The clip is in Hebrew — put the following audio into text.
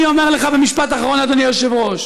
אני אומר לך במשפט אחרון, אדוני היושב-ראש.